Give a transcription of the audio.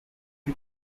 you